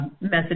message